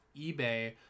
eBay